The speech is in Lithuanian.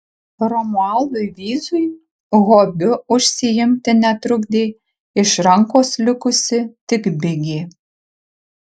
romualdui vyzui hobiu užsiimti netrukdė iš rankos likusi tik bigė